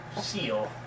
seal